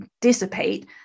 dissipate